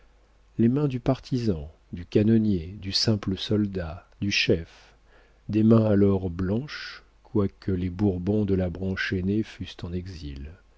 les mains du partisan du canonnier du simple soldat du chef des mains alors blanches quoique les bourbons de la branche aînée fussent en exil